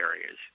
areas